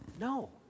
No